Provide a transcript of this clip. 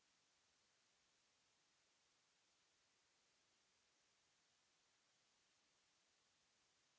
...